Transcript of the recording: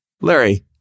Larry